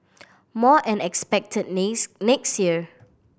more are expected next year